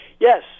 Yes